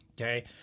Okay